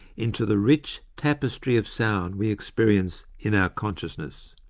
into the rich tapestry of sound we experience in our consciousness.